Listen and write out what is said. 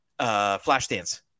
Flashdance